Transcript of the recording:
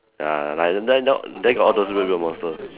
ya lion dance no then got all those weird weird monster